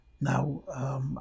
Now